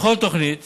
בכל תוכנית